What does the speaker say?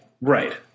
Right